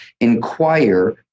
inquire